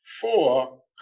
four